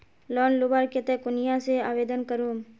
Loan लुबार केते कुनियाँ से आवेदन करूम?